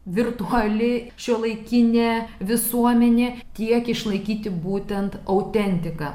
virtuali šiuolaikinė visuomenė tiek išlaikyti būtent autentiką